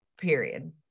period